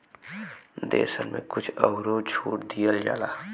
देसन मे कुछ अउरो छूट दिया जाला